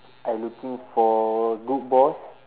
I looking for good boss